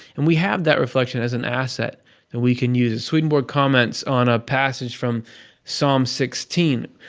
and we have that reflection as an asset that we can use. swedenborg comments on a passage from psalm sixteen,